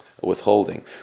withholding